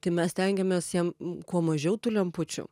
tai mes stengiamės jam kuo mažiau tų lempučių